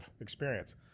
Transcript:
experience